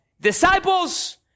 disciples